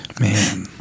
Man